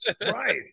Right